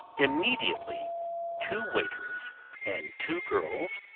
immediately two waiters and two girls,